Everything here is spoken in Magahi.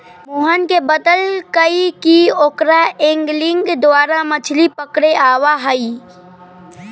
मोहन ने बतल कई कि ओकरा एंगलिंग द्वारा मछ्ली पकड़े आवा हई